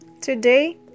today